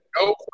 no